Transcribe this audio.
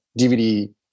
DVD